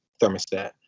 thermostat